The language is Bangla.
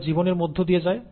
তারা জীবনের মধ্য দিয়ে যায়